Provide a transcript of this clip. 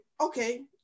okay